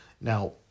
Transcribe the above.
now